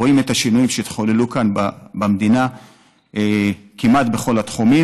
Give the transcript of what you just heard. רואים את השינויים שהתחוללו כאן במדינה כמעט בכל התחומים.